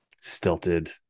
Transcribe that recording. stilted